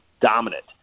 dominant